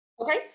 okay